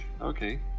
Okay